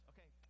Okay